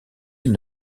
une